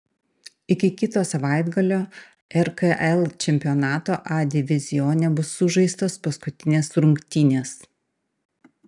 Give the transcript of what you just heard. iki kito savaitgalio rkl čempionato a divizione bus sužaistos paskutinės rungtynės